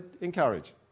encourage